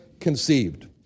conceived